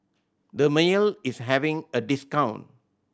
Dermale is having a discount